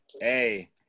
hey